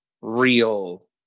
real